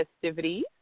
festivities